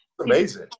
amazing